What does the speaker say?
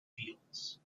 fields